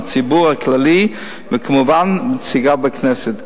הציבור הכללי וכמובן נציגיו בכנסת,